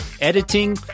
editing